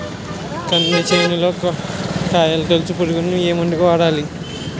కంది చేనులో కాయతోలుచు పురుగుకి ఏ మందు వాడాలి?